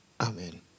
Amen